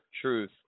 truth